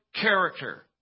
character